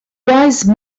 wise